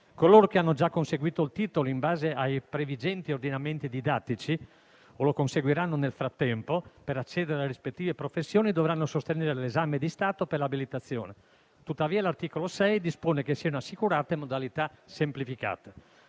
Coloro che hanno già conseguito il titolo in base ai previgenti ordinamenti didattici, o lo conseguiranno nel frattempo, per accedere alle rispettive professioni dovranno sostenere l'esame di Stato per l'abilitazione. Tuttavia, l'articolo 6 dispone che siano assicurate modalità semplificate.